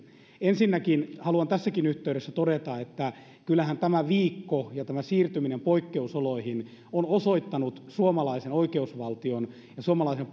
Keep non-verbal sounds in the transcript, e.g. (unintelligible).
ensinnäkin haluan tässäkin yhteydessä todeta että kyllähän tämä viikko ja tämä siirtyminen poikkeusoloihin ovat osoittaneet suomalaisen oikeusvaltion ja suomalaisen (unintelligible)